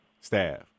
staff